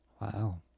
Wow